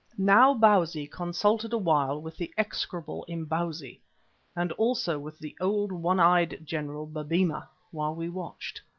now bausi consulted a while with the execrable imbozwi and also with the old one-eyed general babemba while we watched,